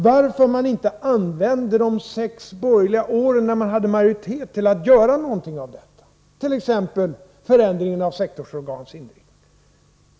Varför använde man inte de sex borgerliga åren, när man var i majoritet, till att göra någonting åt detta? Det gäller t.ex. förändringen av sektorsorganens inriktning.